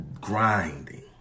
grinding